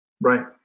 Right